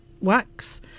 wax